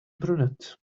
brunette